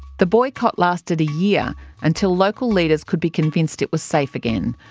the boycott lasted a year until local leaders could be convinced it was safe again.